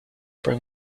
bring